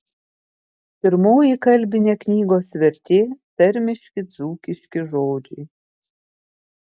pirmoji kalbinė knygos vertė tarmiški dzūkiški žodžiai